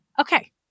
Okay